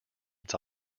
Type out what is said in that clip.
its